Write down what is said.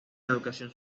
educación